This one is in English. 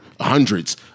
hundreds